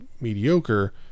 mediocre